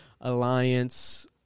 Alliance